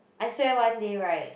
I swear one day right